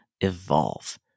Evolve